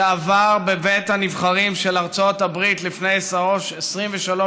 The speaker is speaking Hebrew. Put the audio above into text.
שעבר בבית הנבחרים של ארצות הברית לפני 23 שנים,